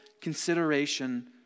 consideration